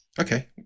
Okay